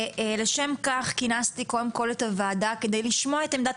ולשם כך כינסתי קודם כל את הוועדה כדי לשמוע את עמדת